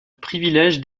privilège